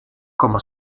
cómo